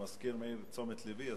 המזכיר מעיר לתשומת לבי.